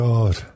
God